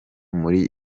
muri